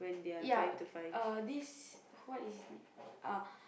ya uh this what is his name uh